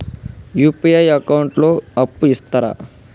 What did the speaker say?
UPI account లో అప్పు ఇస్తరా?